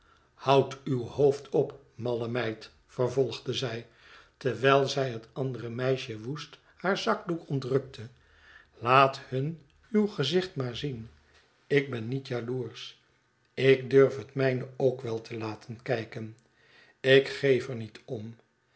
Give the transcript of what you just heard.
houd uw hoofd op malle meid vervolgde zij terwijl zij het andere meisje woest haar zakdoek ontrukte laat hun uw gezicm maar zien ikben niet jaloersch ik durf het mijne ook wel te laten kijken ik geef er niet om